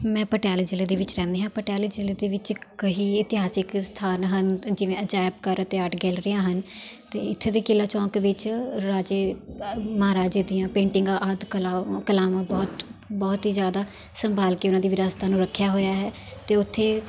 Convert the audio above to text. ਮੈਂ ਪਟਿਆਲੇ ਜ਼ਿਲ੍ਹੇ ਦੇ ਵਿੱਚ ਰਹਿੰਦੀ ਹਾਂ ਪਟਿਆਲੇ ਜ਼ਿਲ੍ਹੇ ਦੇ ਵਿੱਚ ਕਈ ਇਤਿਹਾਸਿਕ ਸਥਾਨ ਹਨ ਜਿਵੇਂ ਅਜਾਇਬ ਘਰ ਅਤੇ ਆਰਟ ਗੈਲਰੀਆਂ ਹਨ ਅਤੇ ਇੱਥੇ ਦੇ ਕਿਲ੍ਹਾ ਚੌਂਕ ਵਿੱਚ ਰਾਜੇ ਮਹਾਰਾਜੇ ਦੀਆਂ ਪੇਂਟਿੰਗਾਂ ਆਦਿ ਕਲਾ ਕਲਾਵਾਂ ਬਹੁਤ ਬਹੁਤ ਹੀ ਜ਼ਿਆਦਾ ਸੰਭਾਲ ਕੇ ਉਹਨਾਂ ਦੀ ਵਿਰਾਸਤਾਂ ਨੂੰ ਰੱਖਿਆ ਹੋਇਆ ਹੈ ਅਤੇ ਉੱਥੇ